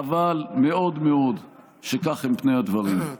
חבל מאוד מאוד שכך הם פני הדברים.